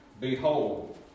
Behold